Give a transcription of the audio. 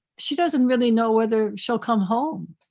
she doesn't really know whether she'll come home.